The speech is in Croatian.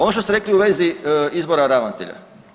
Ono što ste rekli u vezi izbora ravnatelja.